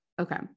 Okay